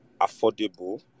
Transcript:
affordable